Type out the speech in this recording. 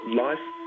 life